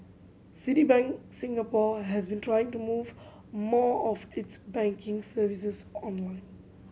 Citibank Singapore has been trying to move more of its banking services online